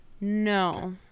no